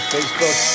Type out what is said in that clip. Facebook